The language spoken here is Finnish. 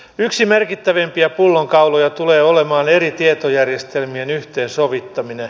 yksi merkittävimpiä pullonkauloja tulee olemaan eri tietojärjestelmien yhteensovittaminen